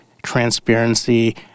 transparency